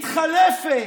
מתחלפת,